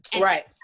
right